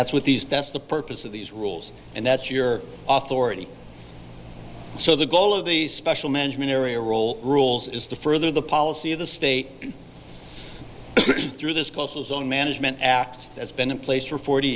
that's what these that's the purpose of these rules and that's your author already so the goal of the special management area role rules is to further the policy of the state through this close his own management act that's been in place for forty